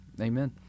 Amen